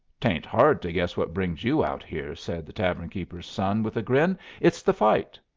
tain't hard to guess what brings you out here, said the tavern-keeper's son, with a grin it's the fight.